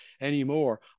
anymore